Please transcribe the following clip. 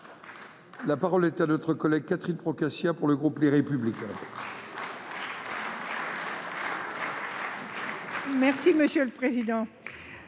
La parole est à Mme Catherine Procaccia, pour le groupe Les Républicains